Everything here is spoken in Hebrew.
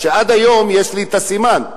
ועד היום יש לי סימן.